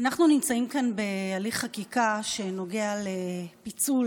אנחנו נמצאים כאן בהליך חקיקה שנוגע לפיצול